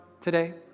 today